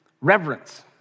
reverence